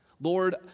Lord